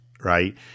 Right